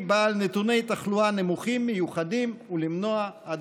בעל נתוני תחלואה נמוכים מיוחדים ולמנוע הדבקה.